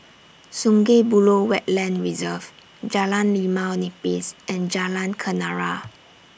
Sungei Buloh Wetland Reserve Jalan Limau Nipis and Jalan Kenarah